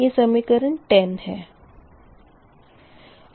यह समीकरण 10 है